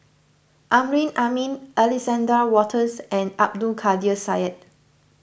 Amrin Amin Alexander Wolters and Abdul Kadir Syed